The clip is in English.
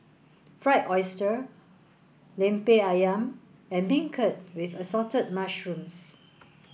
fried oyster Lemper Ayam and beancurd with assorted mushrooms